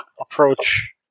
approach